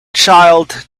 child